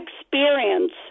experience